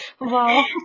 Wow